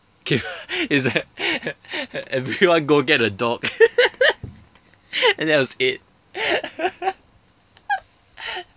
K it's like everyone go get a dog and that was it